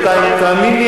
תאמין לי,